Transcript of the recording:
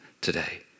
today